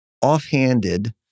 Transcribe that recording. offhanded